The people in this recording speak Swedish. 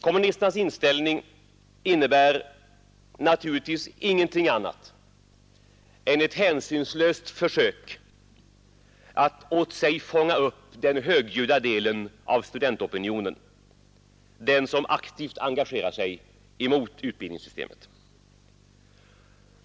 Kommunisternas inställning innebär naturligtvis ingenting annat än ett hänsynslöst försök att åt sig fånga upp den högljudda delen av studentopinionen, den som aktivt engagerar sig mot utbildningssystemet.